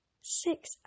six